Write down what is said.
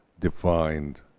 defined